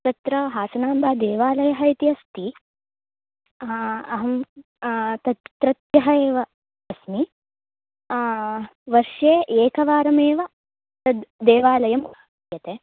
तत्र हासनाम्बादेवालयः इति अस्ति हा अहं तत्रत्यः एव अस्मि वर्षे एकवारमेव तद् देवालयः उद्घाट्यते